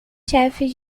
chefs